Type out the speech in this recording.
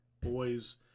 boys